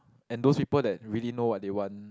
and those people that really know what they want